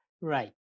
Right